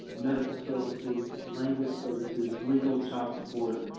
medical services, language services, legal, child support,